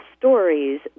stories